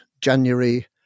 January